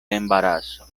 embaraso